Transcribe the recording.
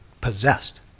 possessed